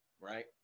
right